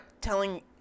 telling